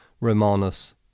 Romanus